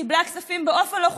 קיבלה כספים באופן לא חוקי,